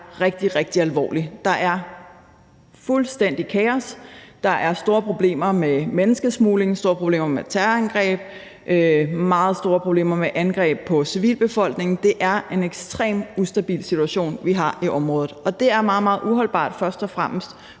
rigtig, rigtig alvorlig. Der er fuldstændig kaos; der er store problemer med menneskesmugling; der er store problemer med terrorangreb; der er meget store problemer med angreb på civilbefolkningen. Det er en ekstremt ustabil situation, vi har i området. Og det er meget, meget uholdbart, først og fremmest